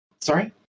sorry